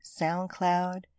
SoundCloud